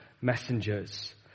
messengers